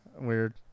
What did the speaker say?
Weird